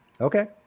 Okay